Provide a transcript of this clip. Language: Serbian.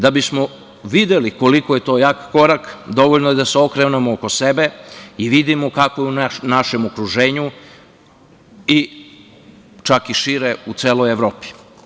Da bi smo videli koliko je to jak korak, dovoljno je da se okrenemo oko sebe i vidimo kako je u našem okruženju i čak i šire u celoj Evropi.